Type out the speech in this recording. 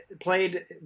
played